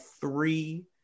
three